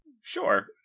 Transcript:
Sure